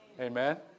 Amen